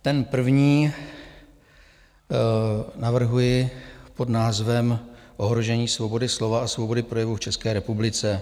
Ten první navrhuji pod názvem Ohrožení svobody slova a svobody projevu v České republice.